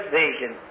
vision